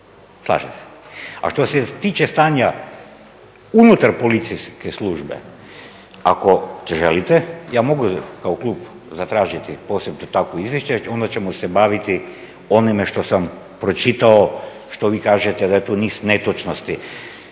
slažem se. A što se tiče stanja unutar policijske službe ako to želite ja mogu kao klub zatražiti posebno takvo izvješće, onda ćemo se baviti onime što sam pročitao što vi kažete da je tu niz netočnosti.